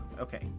okay